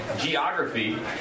geography